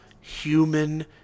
human